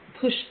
push